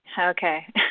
Okay